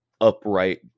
upright